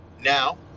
now